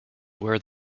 where